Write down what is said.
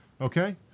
Okay